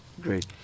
Great